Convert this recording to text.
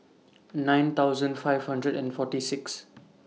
nine thousand five hundred and forty six